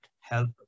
help